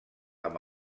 amb